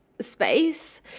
space